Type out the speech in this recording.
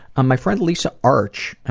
um my friend lisa arch,